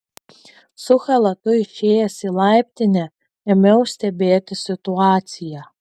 su chalatu išėjęs į laiptinę ėmiau stebėti situaciją